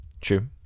True